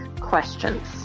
questions